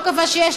לא קבע שיש,